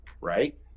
Right